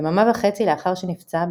יממה וחצי לאחר שנפצע,